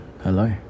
Hello